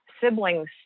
sibling's